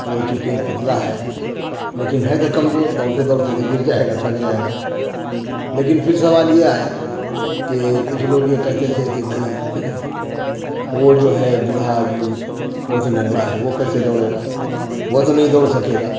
وہ چونکہ پتلا ہے لیکن ہے تو کمزور دوڑتے دوڑتے تو گر جائے گا تھک جائے گا لیکن پھر سوال یہ آیا کہ کچھ لوگ یہ کہتے تھے کہ بھائی وہ جو ہے بوڑھا آدمی وہ تو لنگڑا ہے وہ کیسے دوڑے گا وہ تو نہیں دوڑ سکے گا